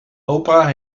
opa